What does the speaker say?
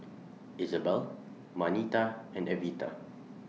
Izabelle Marnita and Evita